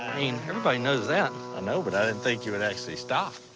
mean everybody knows that. i know but didn't think you would actually stop.